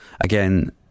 Again